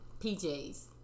PJs